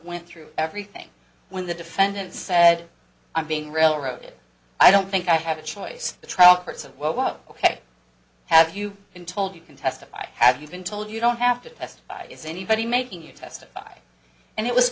went through everything when the defendant said i'm being railroaded i don't think i have a choice the trial courts of well ok have you been told you can testify have you been told you don't have to test is anybody making you testify and it was